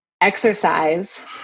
exercise